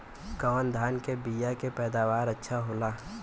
कवन धान के बीया के पैदावार अच्छा होखेला?